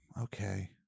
Okay